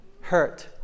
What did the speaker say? Hurt